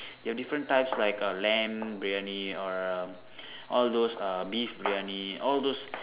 you have different types like err lamb Briyani or err all those err beef Briyani all those